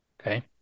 Okay